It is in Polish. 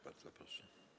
Bardzo proszę.